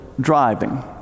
driving